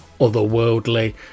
otherworldly